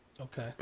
Okay